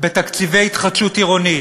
בתקציבי התחדשות עירונית,